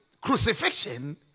crucifixion